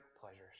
pleasures